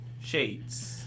Shades